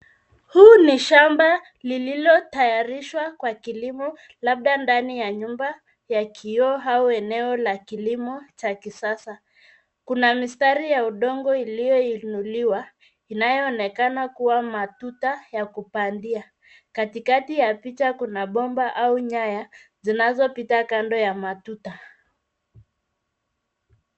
Huu ni shmaba lililotayarishwa kwa kilimo labda ndani ya nyumba ya kioo au eneo la kilimo cha kisasa. Kuna mistari ya udongo iliyoinuliwa inayoonekana kuwa matuta ya kupandia. Katikati ya picha kuna bomba au nyaya zinazopita kando ya matuta.